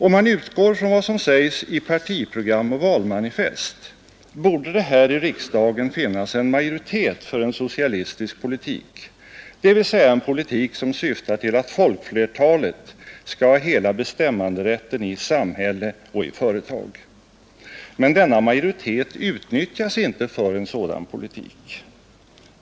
Om man utgår från vad som sägs i partiprogram och valmanifest borde det här i riksdagen finnas en majoritet för en socialistisk politik, dvs. en politik som syftar till att folkflertalet skall få hela bestämmanderätten i samhälle och i företag. Men denna majoritet utnyttjas inte för en sådan politik.